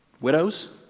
Widows